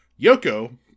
Yoko